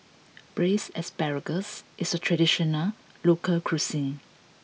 braised asparagus is a traditional local cuisine